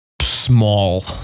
small